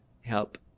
help